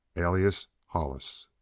alias hollis!